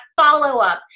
follow-up